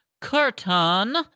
curtain